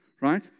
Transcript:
Right